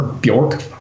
Bjork